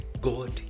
God